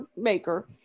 maker